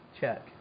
Check